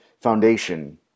foundation